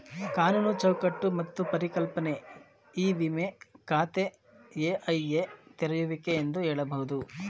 ಕಾನೂನು ಚೌಕಟ್ಟು ಮತ್ತು ಪರಿಕಲ್ಪನೆ ಇ ವಿಮ ಖಾತೆ ಇ.ಐ.ಎ ತೆರೆಯುವಿಕೆ ಎಂದು ಹೇಳಬಹುದು